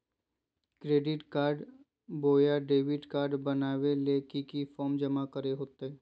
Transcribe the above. Credit card बोया debit card बनाने ले की की फॉर्म जमा करे होते?